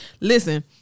Listen